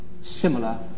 similar